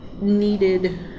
needed